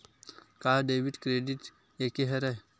का debit credit एके हरय?